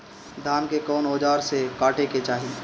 धान के कउन औजार से काटे के चाही?